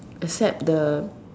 except the